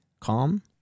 calm